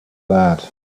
that